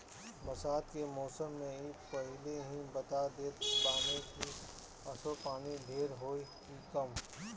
बरसात के मौसम में इ पहिले ही बता देत बाने की असो पानी ढेर होई की कम